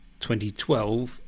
2012